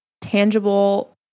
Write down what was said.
tangible